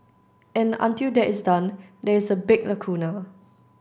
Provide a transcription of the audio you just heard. and until that is done there is a big lacuna